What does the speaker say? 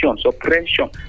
suppression